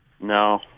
No